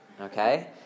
okay